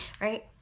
Right